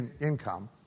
income